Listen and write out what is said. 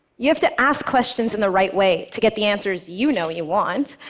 you have to ask questions in the right way to get the answers you know you want,